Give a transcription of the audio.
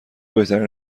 بهترین